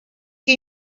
que